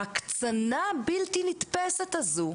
הבלתי נתפסת הזו,